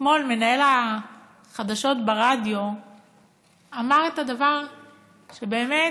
אתמול מנהל החדשות ברדיו אמר דבר שבאמת,